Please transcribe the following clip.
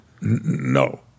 no